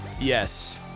Yes